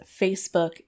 Facebook